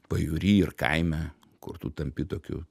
pajūry ir kaime kur tu tampi tokiu